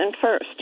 first